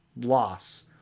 Loss